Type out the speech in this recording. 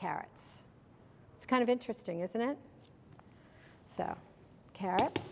carrots it's kind of interesting isn't it so ca